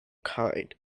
kind